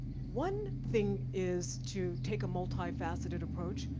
one thing is, to take a multi-faceted approach.